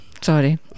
Sorry